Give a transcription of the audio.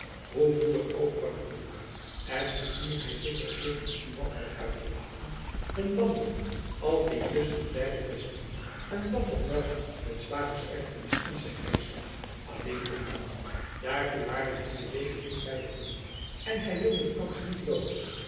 hoe moedig ook van natuur en hoe fier hy zich ook jegens buat had uitgelaten een wandeling als die tusschen de beide vestingen en dat nog wel met zwagers erfenis in zijn reiszak alleen ondernam daartoe waren hem de wegen niet veilig genoeg en hy wilde de kans niet loopen